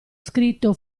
scritto